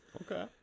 Okay